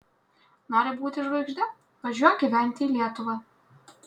nori būti žvaigžde važiuok gyventi į lietuvą